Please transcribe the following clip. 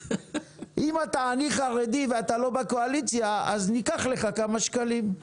אם אתה עני חרדי ואתה לא בקואליציה אז ניקח לך כמה שקלים.